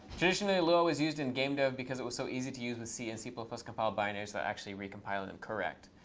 traditionally, lua was used in game dev because it was so easy to use with c and c but compiled binaries that actually recompiled them correct.